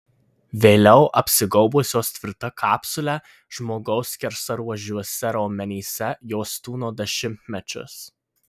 vėliau apsigaubusios tvirta kapsule žmogaus skersaruožiuose raumenyse jos tūno dešimtmečius